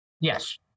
Yes